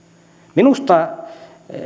minusta